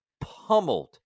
pummeled